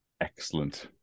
excellent